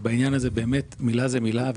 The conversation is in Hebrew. ובעניין הזה באמת מילה זה מילה.